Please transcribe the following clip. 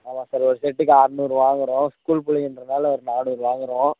ஆமாம் சார் ஒரு செட்டுக்கு ஆறநூறு வாங்குறோம் ஸ்கூல் பிள்ளைங்கன்றதுனால ஒரு நானூறு வாங்குறோம்